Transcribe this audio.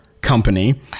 company